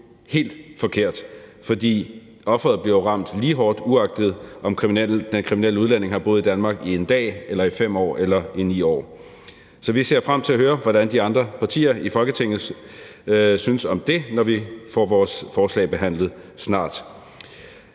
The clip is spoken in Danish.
helt forkert. For offeret bliver jo ramt lige hårdt, uagtet den kriminelle udlænding har boet i Danmark 1 dag eller 5 år eller 9 år. Så vi ser frem til at høre, hvad de andre partier i Folketinget synes om det, når vi får vores forslag behandlet snart.